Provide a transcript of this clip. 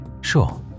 Sure